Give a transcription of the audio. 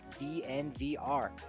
dnvr